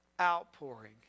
outpouring